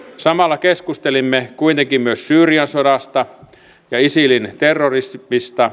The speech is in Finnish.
samalla keskustelimme kuitenkin myös syyrian sodasta ja isilin terrorista